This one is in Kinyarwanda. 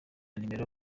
numero